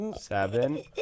Seven